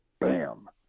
bam